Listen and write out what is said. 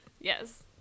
Yes